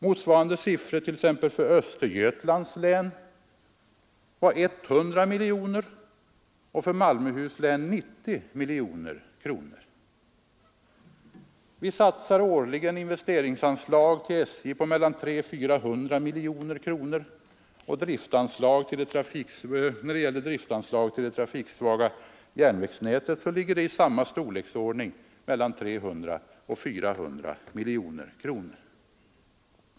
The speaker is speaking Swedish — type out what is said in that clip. Motsvarande siffror för Östergötlands län var 100 miljoner kronor och för Malmöhus län 90 miljoner kronor. Vi ger årligen investeringsanslag till statens järnvägar på mellan 300 och 400 miljoner kronor, och driftanslaget till det trafiksvaga järnvägsnätet ligger i ungefär samma storleksordning.